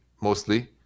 mostly